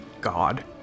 God